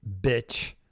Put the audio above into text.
bitch